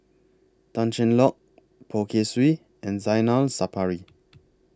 Tan Cheng Lock Poh Kay Swee and Zainal Sapari